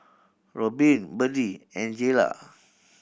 Robyn Byrdie and Jaylah